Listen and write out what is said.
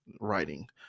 writing